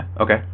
Okay